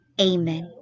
Amen